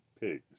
Pigs